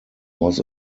was